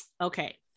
okay